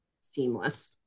seamless